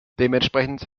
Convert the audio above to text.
dementsprechend